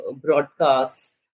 broadcast